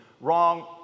wrong